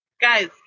guys